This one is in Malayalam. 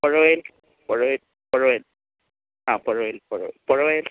പൊഴവേൽ പൊഴവേൽ പൊഴവേൽ ആ പൊഴവേൽ പൊഴവേൽ പൊഴവേൽ